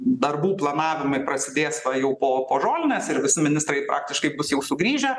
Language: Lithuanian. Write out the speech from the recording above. darbų planavimai prasidės va jau po po žolinės ir visi ministrai praktiškai bus jau sugrįžę